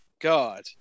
God